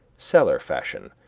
cellar fashion,